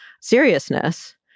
seriousness